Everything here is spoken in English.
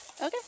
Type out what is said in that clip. Okay